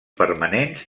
permanents